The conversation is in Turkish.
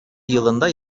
yılında